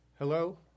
Hello